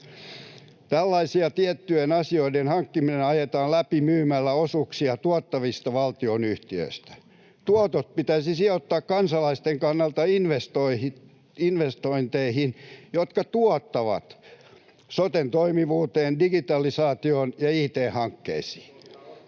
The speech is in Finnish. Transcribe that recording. Tällaisia tiettyjen asioiden hankkimista ajetaan läpi myymällä osuuksia tuottavista valtionyhtiöistä. Tuotot pitäisi sijoittaa kansalaisten kannalta investointeihin, jotka tuottavat: soten toimivuuteen, digitalisaatioon ja it-hankkeisiin.